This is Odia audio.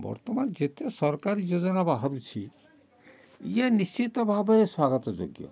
ବର୍ତ୍ତମାନ ଯେତେ ସରକାରୀ ଯୋଜନା ବାହାରୁଛି ୟେ ନିଶ୍ଚିତ ଭାବରେ ସ୍ୱାଗତ ଯୋଗ୍ୟ